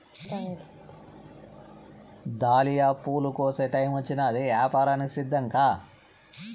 dahlia పూల కోసే టైమొచ్చినాది, యాపారానికి సిద్ధంకా